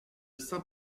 saint